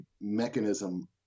mechanism